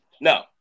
no